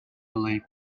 believe